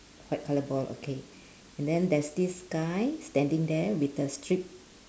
white colour ball okay and then there's this guy standing there with a stripe